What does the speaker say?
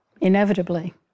inevitably